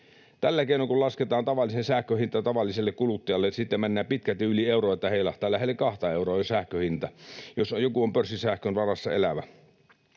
Tällä keinoin kun lasketaan tavallisen sähkön hinta tavalliselle kuluttajalle, siitä mennään pitkälti yli euron, niin että heilahtaa, lähelle 2:ta euroa on sähkön hinta, jos joku on pörssisähkön varassa elävä.